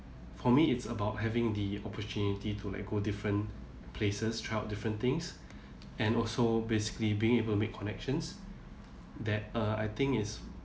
for me it's about having the opportunity to like go different places try out different things and also basically being able make connections that uh I think is